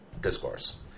discourse